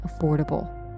affordable